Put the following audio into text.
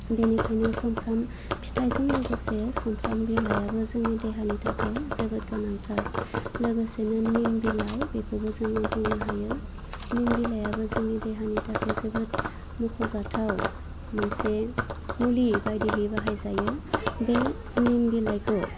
बेनिखाइनो सुमफ्राम फिथाइजों लोगोसे सुमफ्राम बिलाइयाबो जोंनि देहानि थाखाय जोबोद गोनांथार लोगोसेनो निम बिलाइ बेखौबो जों बुंनो हायो निम बिलाइयाबो जोंनि देहानि थाखाय जोबोद मुख'जाथाव मोनसे मुलि बायदिहै बाहाय जायो बे निम बिलाइखौ